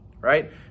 right